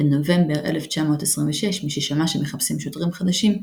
בנובמבר 1926, מששמע שמחפשים שוטרים חדשים,